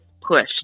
push